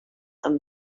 them